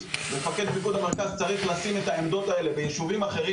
מפקד פיקוד המרכז צריך לשים את העמדות האלה ביישובים אחרים,